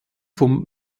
vom